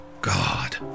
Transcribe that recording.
God